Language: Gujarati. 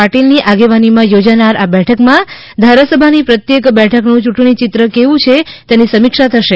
પાટિલ ની આગેવાની માં યોજાનાર આ બેઠક માં ધારાસભાની પ્રત્યેક બેઠકનું યૂંટણી ચિત્ર કેવું છે તેની સમિક્ષા થશે